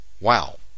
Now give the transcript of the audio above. wow